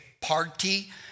party